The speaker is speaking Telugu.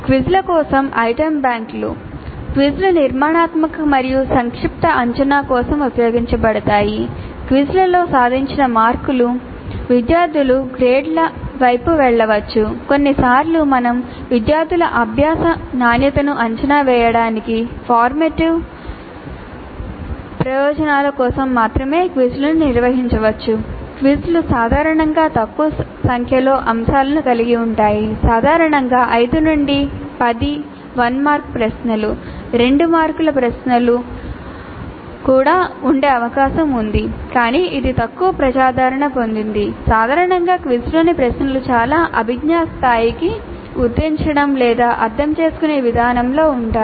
క్విజ్ల గుర్తుంచడం లేదా అర్థం చేసుకోనె విధానం లో ఉంటాయి